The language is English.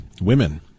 Women